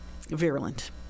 virulent